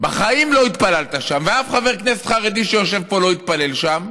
בחיים לא התפללת שם ואף חבר כנסת חרדי שיושב פה לא התפלל שם